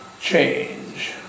change